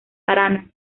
arana